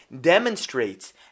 demonstrates